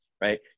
right